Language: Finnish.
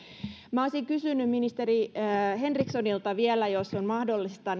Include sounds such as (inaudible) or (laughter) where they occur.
minä olisin kysynyt ministeri henrikssonilta vielä jos on mahdollista (unintelligible)